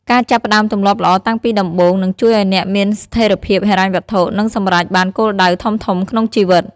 ការចាប់ផ្ដើមទម្លាប់ល្អតាំងពីដំបូង នឹងជួយឱ្យអ្នកមានស្ថិរភាពហិរញ្ញវត្ថុ និងសម្រេចបានគោលដៅធំៗក្នុងជីវិត។